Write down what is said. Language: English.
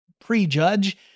prejudge